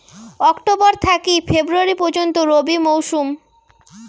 October থাকি February পর্যন্ত রবি মৌসুম